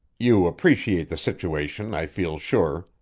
you appreciate the situation, i feel sure.